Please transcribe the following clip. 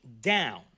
down